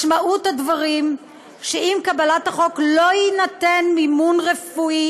משמעות הדברים היא שעם קבלת החוק יינתן טיפול רפואי